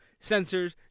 sensors